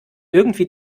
irgendwie